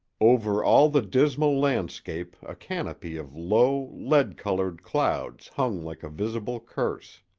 over all the dismal landscape a canopy of low, lead-colored clouds hung like a visible curse.